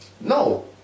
No